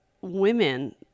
women